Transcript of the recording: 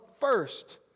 first